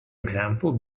example